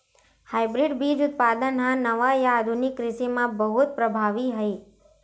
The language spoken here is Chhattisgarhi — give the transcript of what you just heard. हाइब्रिड बीज उत्पादन हा नवा या आधुनिक कृषि मा बहुत प्रभावी हे